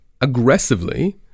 aggressively